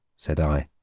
said i,